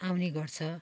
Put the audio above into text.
आउने गर्छ